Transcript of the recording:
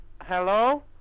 Hello